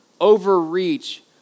overreach